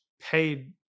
paid